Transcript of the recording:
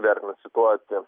vertinant situaciją